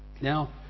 now